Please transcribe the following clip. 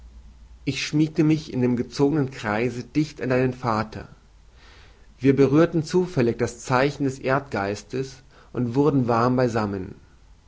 ich schmiegte mich in dem gezogenen kreise dicht an deinen vater wir berührten zufällig das zeichen des erdgeistes und wurden warm beisammen